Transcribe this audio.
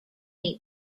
eat